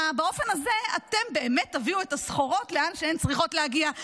באופן הזה אתם באמת תביאו את הסחורות לאן שהן צריכות להגיע.